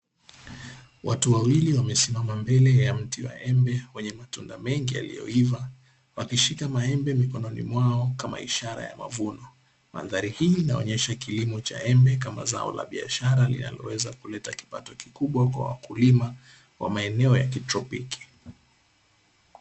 Watu wawili wamesimama mbele ya mti wa embe wenye matunda mengi yaliyoiva, wakishika maembe mikono mwao kama ishara ya mavuno. Mandhari hii inaonesha kilimo cha embe kama zao la biashara linaloweza kuleta kipato kikubwa kwa wakulima wa maeneo ya kitropiki.